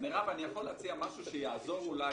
נשים ונציג ערבי אחד.